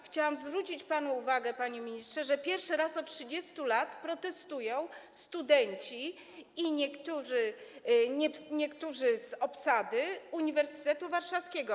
Chciałam zwrócić panu uwagę, panie ministrze, że pierwszy raz od 30 lat protestują studenci i niektórzy z obsady Uniwersytetu Warszawskiego.